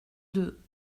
deux